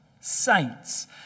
saints